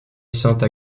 sainte